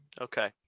okay